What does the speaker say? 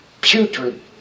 putrid